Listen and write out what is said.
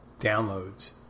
downloads